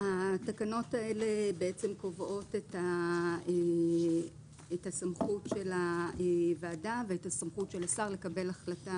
התקנות האלה קובעות את הסמכות של הוועדה ואת הסמכות של השר לקבל החלטה